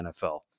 NFL